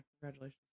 congratulations